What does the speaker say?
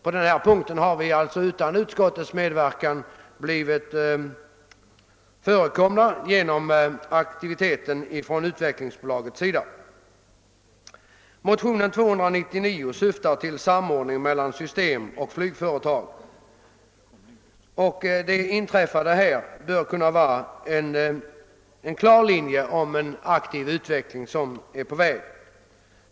På denna punkt har vi alltså utan utskottets medverkan blivit tillgodosedda genom Utvecklingsbolagets åtgärder. Motionen II: 299 syftar till en samordning mellan system och flygföretag. Det som hänt bör kunna ses som ett led i en aktiv utveckling som är på väg.